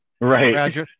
Right